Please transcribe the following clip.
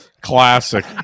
Classic